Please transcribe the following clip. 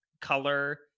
color